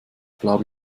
glaube